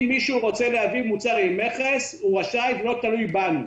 אם מישהו רוצה להביא מוצר עם מכס הוא רשאי והוא לא תלוי בנו.